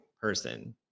person